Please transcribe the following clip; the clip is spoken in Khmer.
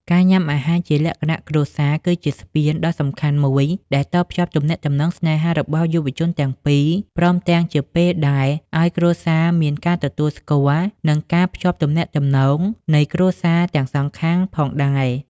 ការញ៉ាំអាហារជាលក្ខណៈគ្រួសារគឺជាស្ពានដ៏សំខាន់មួយដែលតភ្ជាប់ទំនាក់ទំនងស្នេហារបស់យុវជនទាំងពីរ ព្រមទាំងជាពេលដែលឲ្យគ្រួសារមានការទទួលស្គាល់ និងការភ្ជាប់ទំនាកទំនងនៃគ្រួសារទាំងសងខាងផងដែរ។